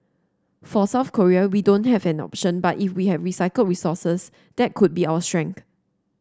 for South Korea we don't have an option but if we have recycled resources that could be our strength